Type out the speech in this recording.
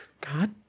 god